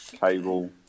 Cable